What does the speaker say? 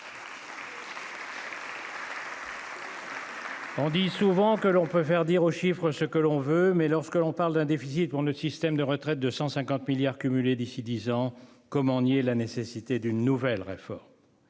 On dit souvent que l'on peut faire dire aux chiffres ce que l'on veut mais lorsque l'on parle d'un déficit dans le système de retraites de 150 milliards cumulés d'ici 10 ans comment nier la nécessité d'une nouvelle réforme.